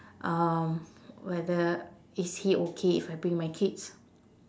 um whether is he okay if I bring my kids